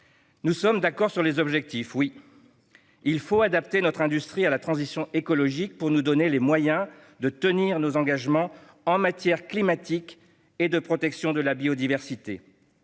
Nous sommes d'accord sur les objectifs. Oui, il faut adapter notre industrie à la transition écologique pour nous donner les moyens de tenir nos engagements en matière climatique et de biodiversité.